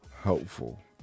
helpful